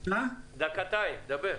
דבר.